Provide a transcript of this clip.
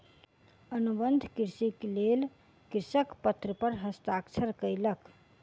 अनुबंध कृषिक लेल कृषक पत्र पर हस्ताक्षर कयलक